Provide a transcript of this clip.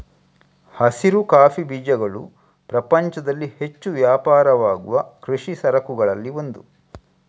ಹಸಿರು ಕಾಫಿ ಬೀಜಗಳು ಪ್ರಪಂಚದಲ್ಲಿ ಹೆಚ್ಚು ವ್ಯಾಪಾರವಾಗುವ ಕೃಷಿ ಸರಕುಗಳಲ್ಲಿ ಒಂದು